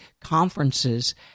conferences